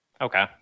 Okay